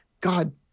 God